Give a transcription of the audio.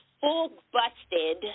full-busted